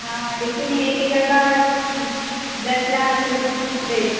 हाँ लेकिन एक एकड़ का दस लाख है रेट